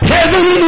Heaven